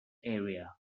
area